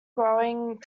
growing